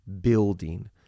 building